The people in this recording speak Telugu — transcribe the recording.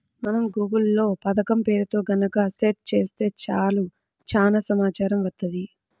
మనం గూగుల్ లో పథకం పేరుతో గనక సెర్చ్ చేత్తే చాలు చానా సమాచారం వత్తది